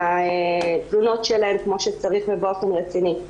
לתלונות שלהן כמו שצריך ובאופן רציני.